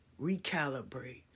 recalibrate